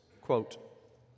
Quote